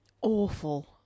awful